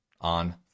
on